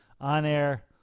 on-air